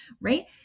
right